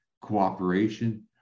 cooperation